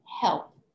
help